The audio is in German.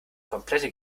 komplette